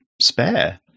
spare